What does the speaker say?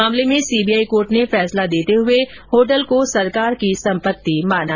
मामले में CBI court ने फैसला देते हुए होटल को सरकार की सम्पत्ति माना